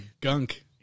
gunk